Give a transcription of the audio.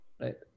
right